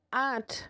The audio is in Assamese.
আঠ